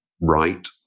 right